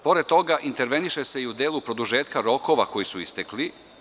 Pored toga, interveniše se i u delu produžetka rokova koji su istekli.